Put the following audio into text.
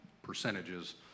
percentages